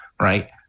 right